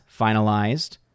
finalized